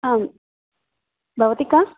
आं भवती का